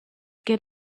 get